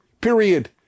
period